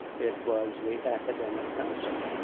it was the academic council.